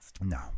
No